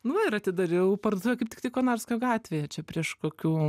nu ir atidariau parduotuvę kaip tik tai konarskio gatvėje čia prieš kokių